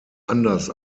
anders